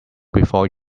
before